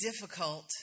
difficult